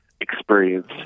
experience